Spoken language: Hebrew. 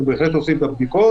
אנחנו בהחלט עושים את הבדיקות,